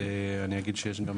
אני אגיד שיש גם